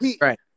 Right